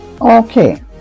Okay